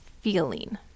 feeling